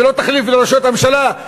ולא תחליף לרשויות הממשלה,